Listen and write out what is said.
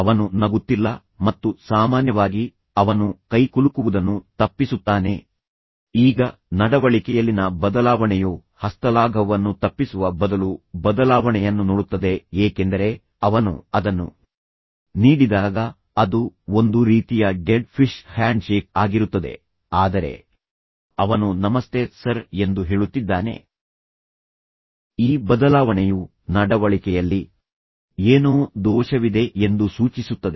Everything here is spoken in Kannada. ಅವನು ನಗುತ್ತಿಲ್ಲ ಮತ್ತು ಸಾಮಾನ್ಯವಾಗಿ ಅವನು ಕೈಕುಲುಕುವುದನ್ನು ತಪ್ಪಿಸುತ್ತಾನೆ ಈಗ ನಡವಳಿಕೆಯಲ್ಲಿನ ಬದಲಾವಣೆಯು ಹಸ್ತಲಾಘವವನ್ನು ತಪ್ಪಿಸುವ ಬದಲು ಬದಲಾವಣೆಯನ್ನು ನೋಡುತ್ತದೆ ಏಕೆಂದರೆ ಅವನು ಅದನ್ನು ನೀಡಿದಾಗ ಅದು ಒಂದು ರೀತಿಯ ಡೆಡ್ ಫಿಶ್ ಹ್ಯಾಂಡ್ಶೇಕ್ ಆಗಿರುತ್ತದೆ ಆದರೆ ಅವನು ನಮಸ್ತೆ ಸರ್ ಎಂದು ಹೇಳುತ್ತಿದ್ದಾನೆ ಈ ಬದಲಾವಣೆಯು ನಡವಳಿಕೆಯಲ್ಲಿ ಏನೋ ದೋಷವಿದೆ ಎಂದು ಸೂಚಿಸುತ್ತದೆ